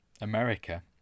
America